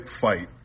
fight